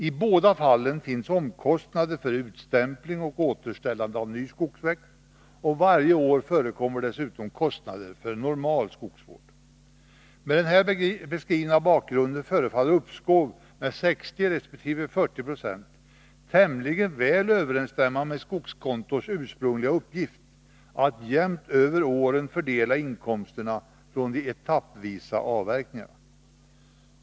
I båda fallen finns omkostnader för utstämpling och återställande av ny skogsväxt, och varje år förekommer dessutom kostnader för normal skogsvård. Mot den här beskrivna bakgrunden förefaller uppskov med 60 resp. 40 90 tämligen väl överensstämma med skogskontonas ursprungliga uppgift att jämnt över åren fördela inkomsterna från de etappvisa avverkningarna.